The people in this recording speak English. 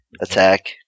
attack